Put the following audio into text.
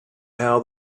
how